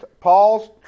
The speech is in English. Paul's